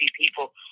people